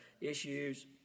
issues